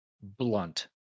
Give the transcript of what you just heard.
blunt